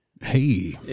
hey